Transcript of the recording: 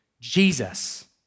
Jesus